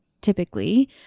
typically